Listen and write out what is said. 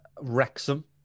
wrexham